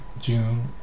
June